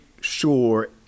sure